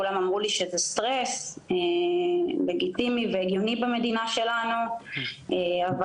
כולם אמרו לי שזה סטרס לגיטימי והגיוני במדינה שלנו אבל